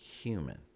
human